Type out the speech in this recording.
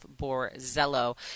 Borzello